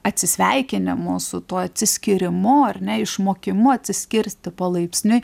atsisveikinimu su tuo atsiskyrimu ar ne išmokimu atsiskirti palaipsniui